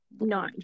No